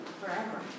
Forever